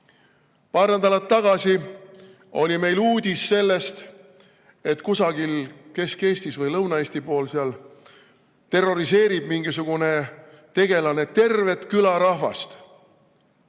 Paar nädalat tagasi oli meil uudis sellest, et kusagil Kesk-Eestis või seal Lõuna-Eesti pool terroriseerib mingisugune tegelane terve küla rahvast.